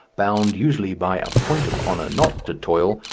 bound usually by a point of honour not to toil,